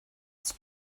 it’s